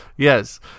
Yes